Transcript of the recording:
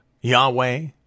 Yahweh